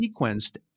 sequenced